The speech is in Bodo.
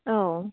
औ